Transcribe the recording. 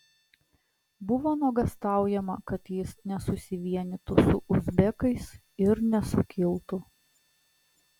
buvo nuogąstaujama kad jis nesusivienytų su uzbekais ir nesukiltų